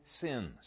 sins